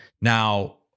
Now